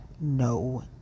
no